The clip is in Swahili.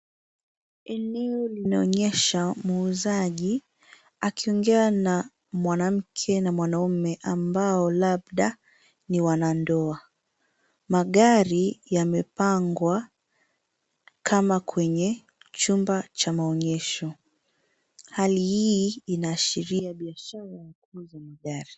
Eneo linaonyesha muuzaji akiongea na mwanamke na mwanaume ambao labda ni wanandoa. Magari yamepangwa kama kwenye chumba cha maonyesho. Hali hii inaashiria biashara wa kuuza magari.